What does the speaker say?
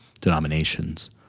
denominations